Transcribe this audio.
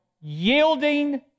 yielding